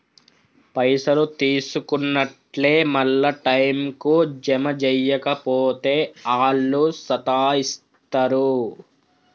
పైసలు తీసుకున్నట్లే మళ్ల టైంకు జమ జేయక పోతే ఆళ్లు సతాయిస్తరు